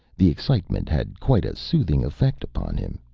the excitement had quite a soothing effect upon him.